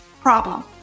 problem